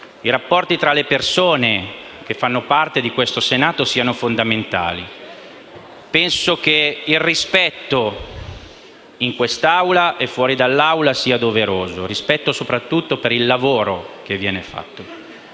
e tra le persone che fanno parte di questo Senato siano fondamentali. Penso che il rispetto, in quest’Aula e fuori, sia doveroso: rispetto, soprattutto, per il lavoro che viene svolto.